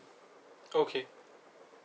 okay